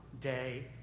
day